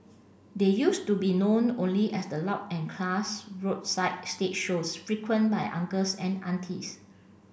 they used to be known only as the loud and class roadside stage shows frequent by uncles and aunties